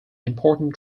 important